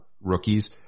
rookies